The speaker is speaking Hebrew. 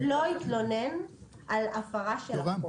--- לא התלונן על הפרה של החוק.